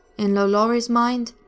in lalaurie's mind,